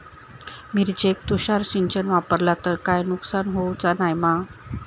मिरचेक तुषार सिंचन वापरला तर काय नुकसान होऊचा नाय मा?